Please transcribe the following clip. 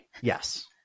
Yes